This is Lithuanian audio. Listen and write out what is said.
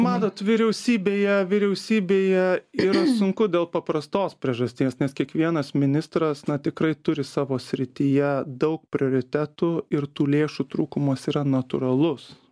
matot vyriausybėje vyriausybėje yra sunku dėl paprastos priežasties nes kiekvienas ministras na tikrai turi savo srityje daug prioritetų ir tų lėšų trūkumas yra natūralus